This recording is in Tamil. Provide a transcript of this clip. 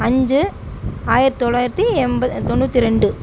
அஞ்சு ஆயிரத்து தொள்ளாயிரத்தி எம்ப தொண்ணூற்றி ரெண்டு